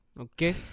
Okay